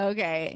Okay